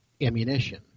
ammunition